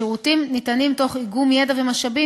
השירותים ניתנים תוך איגום ידע ומשאבים